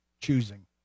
choosing